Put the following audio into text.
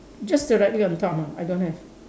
just directly on top ah I don't have